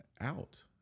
out